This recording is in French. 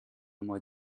mois